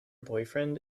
boyfriend